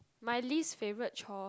my least favorite chore